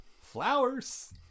Flowers